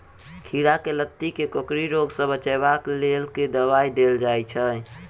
खीरा केँ लाती केँ कोकरी रोग सऽ बचाब केँ लेल केँ दवाई देल जाय छैय?